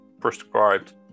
prescribed